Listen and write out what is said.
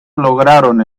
lograron